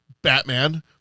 batman